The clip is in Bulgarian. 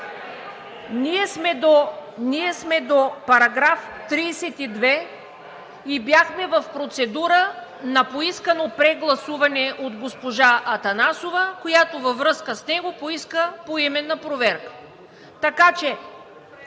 Ние сме до § 32 и бяхме в процедура на поискано прегласуване от госпожа Атанасова, която във връзка с него поиска поименна проверка.